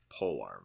polearm